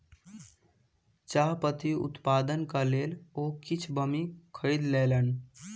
चाह पत्ती उत्पादनक लेल ओ किछ भूमि खरीद लेलैन